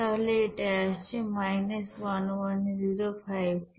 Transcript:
তাহলে এটা আসছে 110520 জুল